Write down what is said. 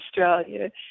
Australia